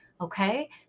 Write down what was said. okay